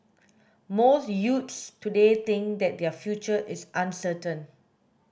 most youths today think that their future is uncertain